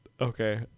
Okay